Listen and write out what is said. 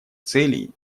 целей